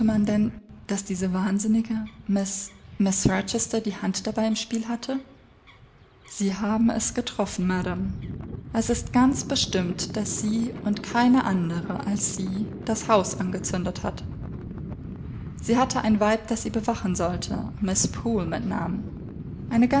daß diese wahnsinnige mrs mrs rochester die hand dabei im spiel hatte sie haben es getroffen madam es ist ganz bestimmt daß sie und keine andere als sie das haus angezündet hat sie hatte ein weib das sie bewachen sollte mrs poole mit namen eine